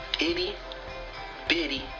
itty-bitty